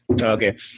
Okay